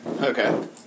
Okay